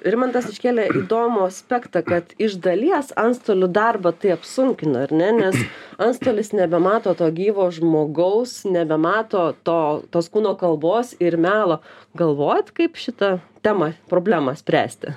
rimantas iškėlė įdomų aspektą kad iš dalies antstolių darbą tai apsunkina ar ne nes antstolis nebemato to gyvo žmogaus nebemato to tos kūno kalbos ir melo galvojot kaip šitą temą problemą spręsti